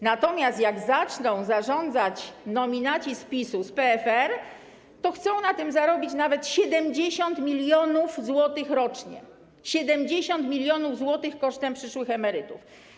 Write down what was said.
Natomiast jak zaczną zarządzać nominaci z PiS-u z PFR, to chcą na tym zarobić nawet 70 mln zł rocznie, 70 mln zł kosztem przyszłych emerytów.